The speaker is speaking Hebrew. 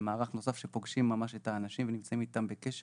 ומערך נוסף שפוגשים ממש את האנשים ונמצאים איתם בקשר,